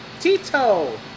Tito